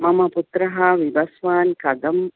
मम पुत्रः विवस्वान् कथम्